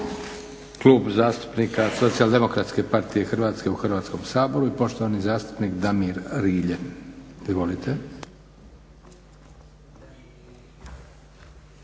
Klub zastupnika SDP-a Hrvatske u Hrvatskom saboru i poštovani zastupnik Damir Rilje.